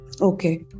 okay